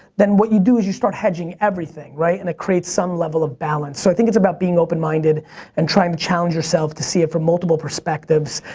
then what you do is you start hedging everything, and it creates some level of balance. i think it's about being open minded and trying to challenge yourself to see it from multiple perspectives,